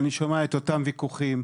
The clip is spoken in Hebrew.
אני שומע את אותם וויכוחים,